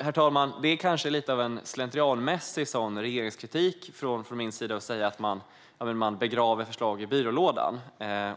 Herr talman! Det kanske är lite av en slentrianmässig regeringskritik från min sida att säga att man begraver förslag i byrålådan.